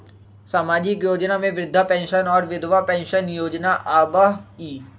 सामाजिक योजना में वृद्धा पेंसन और विधवा पेंसन योजना आबह ई?